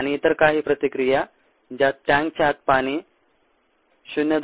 आणि इतर काही प्रतिक्रिया ज्यात टँकच्या आत पाणी 0